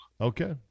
Okay